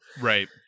right